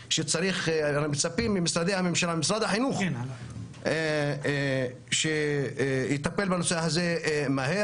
ואנחנו מצפים ממשרד החינוך שיטפל בנושא הזה מהר.